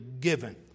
given